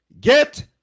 get